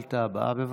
השאילתה הבאה, בבקשה,